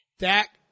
Dak